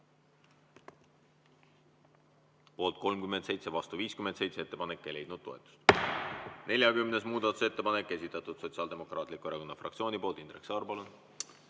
Poolt 37, vastu 58. Ettepanek ei leidnud toetust. 43. muudatusettepanek, esitatud Sotsiaaldemokraatliku Erakonna fraktsiooni poolt. Indrek Saar, palun!